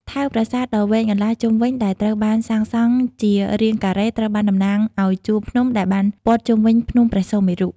ថែវប្រាសាទដ៏វែងអន្លាយជុំវិញដែលត្រូវបានសាងសង់ជារាងការ៉េ ត្រូវបានតំណាងឲ្យជួរភ្នំដែលបានព័ទ្ធជុំវិញភ្នំព្រះសុមេរុ។